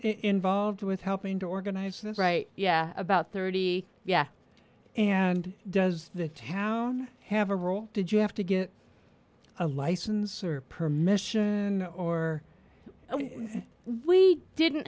involved with helping to organize this right yeah about thirty yeah and does the town have a role did you have to get a license or permission or we didn't